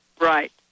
Right